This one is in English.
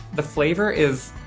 the flavor is.